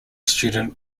student